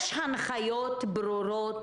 יש הנחיות ברורות